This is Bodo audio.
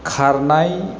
खारनाय